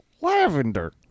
Lavender